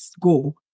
go